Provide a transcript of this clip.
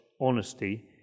honesty